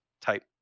type